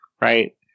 right